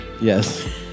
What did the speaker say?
yes